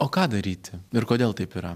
o ką daryti ir kodėl taip yra